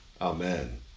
Amen